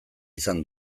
izan